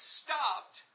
stopped